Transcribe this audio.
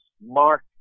mark